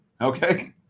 okay